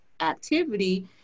activity